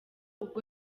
ubwo